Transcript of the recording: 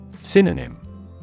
Synonym